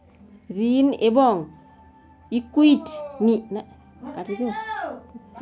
ঋণ এবং ইকুইটি মানে হতিছে দুটো আলাদা রকমের ফিনান্স ব্যবস্থা